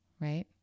right